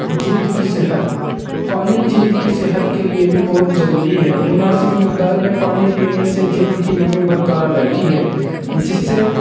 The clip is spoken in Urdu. جلد کی صحت پانی جلد کی صحت کے لیے بھی بہت ضروری ہے مناسب مقدار میں پانی پینے سے جلد کی نمی برکرار رہتی ہے جس سے